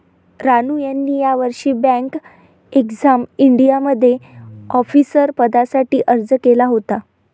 रानू यांनी यावर्षी bank exam इंडियामध्ये ऑफिसर पदासाठी अर्ज केला होता